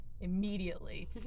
immediately